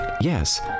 Yes